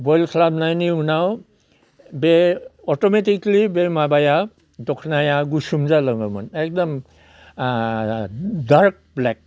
बय खालामनायनि उनाव बे अटमेटिकेलि बे माबाया दख'नाया गुजुं जालाङोमोन एखदम डार्क ब्लेक